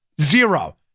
Zero